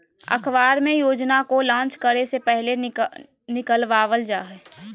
अखबार मे योजना को लान्च करे से पहले निकलवावल जा हय